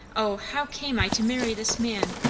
o, how came i to marry this man?